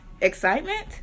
excitement